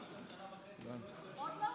אומרים, צריך להיות?